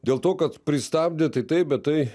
dėl to kad pristabdė tai taip bet tai